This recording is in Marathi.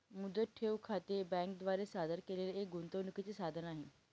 मुदत ठेव खाते बँके द्वारा सादर केलेले एक गुंतवणूकीचे साधन आहे